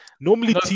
Normally